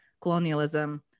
colonialism